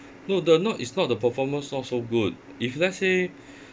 no the not it's not the performance not so good if let's say